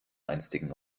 einstigen